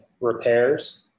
repairs